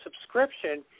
subscription